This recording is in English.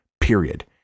period